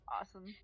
Awesome